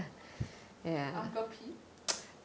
uncle P